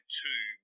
two